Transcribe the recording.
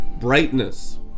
brightness